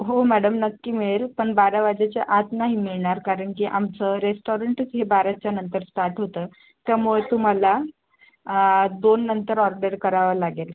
हो मॅडम नक्की मिळेल पण बारा वाजेच्या आत नाही मिळणार कारण की आमचं रेस्टॉरंटच हे बाराच्यानंतर स्टार्ट होतं त्यामुळे तुम्हाला दोन नंतर ऑर्डर करावं लागेल